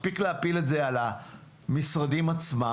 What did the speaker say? מספיק להפיל את זה על המשרדים עצמם.